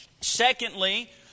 Secondly